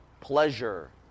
pleasure